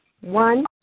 One